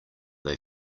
they